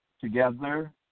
Together